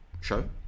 show